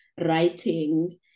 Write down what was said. writing